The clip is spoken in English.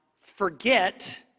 forget